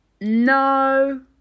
No